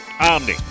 Omni